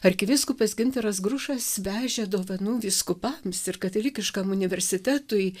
arkivyskupas gintaras grušas vežė dovanų vyskupams ir katalikiškam universitetui